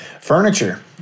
Furniture